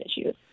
issues